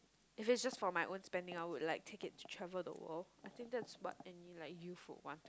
if it's just for my own spending I would like take it to travel the world I think that's what any like youth would want